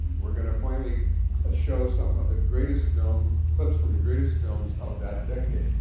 we're going to finally ah show some of the greatest film clips from the greatest films of that decade.